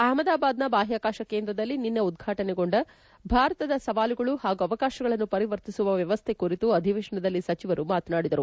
ಅಹಮದಾಬಾದ್ನ ಬಾಹ್ಹಾಕಾಶ ಕೇಂದ್ರದಲ್ಲಿ ನಿನ್ನೆ ಉದ್ರಾಟನೆ ಗೊಂಡ ಭಾರತದ ಸವಾಲುಗಳು ಹಾಗೂ ಅವಕಾಶಗಳನ್ನು ಪರಿವರ್ತಿಸುವ ವ್ವವಸ್ಥೆ ಕುರಿತ ಅಧಿವೇಶನದಲ್ಲಿ ಸಚಿವರು ಮಾತನಾಡಿದರು